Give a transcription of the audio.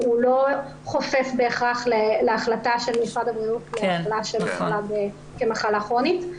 חופף בהכרח להחלטה של משרד הבריאות להכרה כמחלה כרונית.